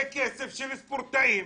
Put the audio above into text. זה כסף של ספורטאים,